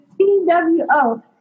CWO